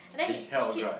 he held a grudge